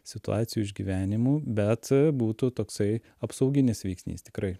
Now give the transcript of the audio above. situacijų išgyvenimų bet būtų toksai apsauginis veiksnys tikrai